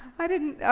i didn't. ah